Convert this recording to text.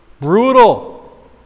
brutal